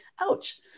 Ouch